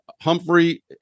Humphrey